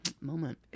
moment